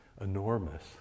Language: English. enormous